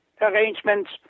arrangements